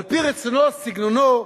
על-פי רצונו או סגנונו,